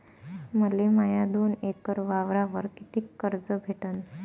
मले माया दोन एकर वावरावर कितीक कर्ज भेटन?